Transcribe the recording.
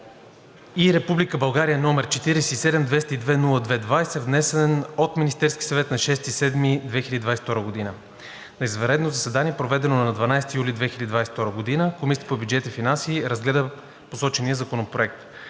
№ 47-202-02-19, внесен от Министерския съвет на 6 юли 2022 г. На извънредно заседание, проведено на 12 юли 2022 г., Комисията по бюджет и финанси разгледа посочения законопроект.